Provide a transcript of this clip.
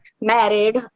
married